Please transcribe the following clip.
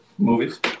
movies